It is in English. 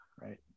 right